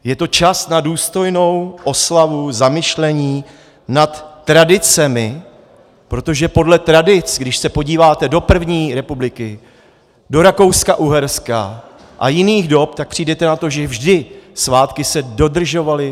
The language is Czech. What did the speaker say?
Je čas na důstojnou oslavu, zamyšlení nad tradicemi, protože podle tradic když se podíváte do první republiky, do RakouskaUherska a jiných dob, tak přijdete na to, že vždy se svátky dodržovaly.